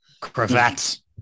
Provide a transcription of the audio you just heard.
cravats